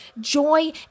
joy